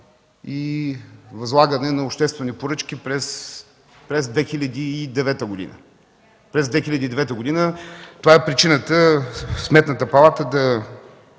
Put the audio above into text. и възлагане на обществени поръчки през 2009 г. През 2009 г. това е причината Сметната палата да